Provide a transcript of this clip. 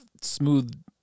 smooth